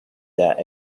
that